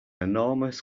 enormous